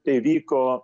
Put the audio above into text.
tai vyko